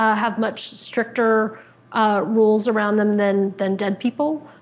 ah have much stricter rules around them than than dead people.